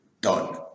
done